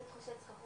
זה תחושת סחרחורת,